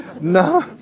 No